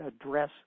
address